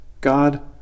God